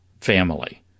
family